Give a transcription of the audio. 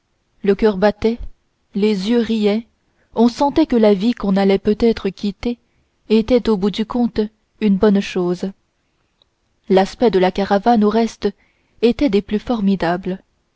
le coeur battait les yeux riaient on sentait que la vie qu'on allait peut-être quitter était au bout du compte une bonne chose l'aspect de la caravane au reste était des plus formidables